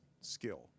skill